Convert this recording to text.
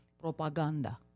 propaganda